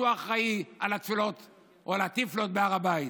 שהוא אחראי על התפילות או על התִפלות בהר הבית,